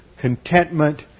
contentment